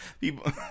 people